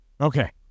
Okay